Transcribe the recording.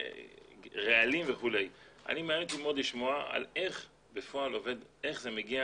אבל אותי מעניין לשמוע איך בפועל זה מגיע